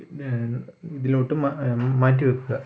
ഇതിലോട്ട് മാറ്റി വെക്കുക